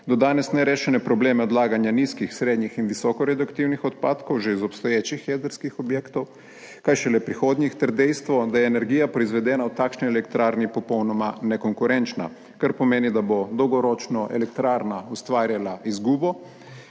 do danes nerešene probleme odlaganja nizkih, srednje in visoko radioaktivnih odpadkov že iz obstoječih jedrskih objektov, kaj šele prihodnjih, ter dejstvo, da je energija, proizvedena v takšni elektrarni, popolnoma nekonkurenčna, kar pomeni, da bo dolgoročno elektrarna ustvarjala izgubo,